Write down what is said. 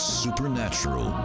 supernatural